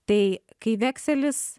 tai kai vekselis